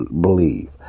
believe